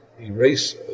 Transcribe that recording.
erase